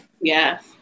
Yes